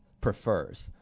prefers